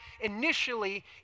initially